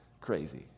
crazy